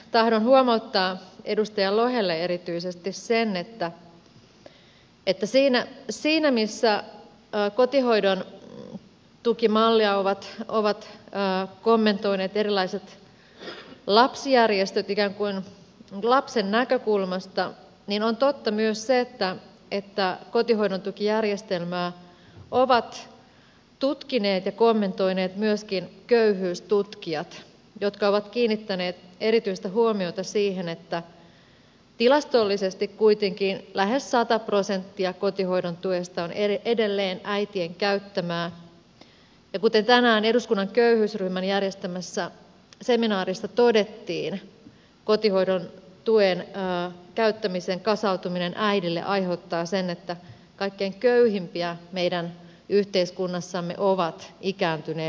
tahdon huomauttaa edustaja lohelle erityisesti sen että siinä missä kotihoidon tukimallia ovat kommentoineet erilaiset lapsijärjestöt ikään kuin lapsen näkökulmasta on totta myös se että kotihoidon tukijärjestelmää ovat tutkineet ja kommentoineet myöskin köyhyystutkijat jotka ovat kiinnittäneet erityistä huomiota siihen että tilastollisesti kuitenkin lähes sata prosenttia kotihoidon tuesta on edelleen äitien käyttämää ja kuten tänään eduskunnan köyhyysryhmän järjestämässä seminaarissa todettiin kotihoidon tuen käyttämisen kasautuminen äidille aiheuttaa sen että kaikkein köyhimpiä meidän yhteiskunnassamme ovat ikääntyneet naiset